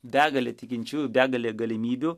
begalė tikinčiųjų begalė galimybių